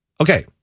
Okay